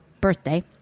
birthday